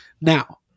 Now